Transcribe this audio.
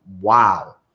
wow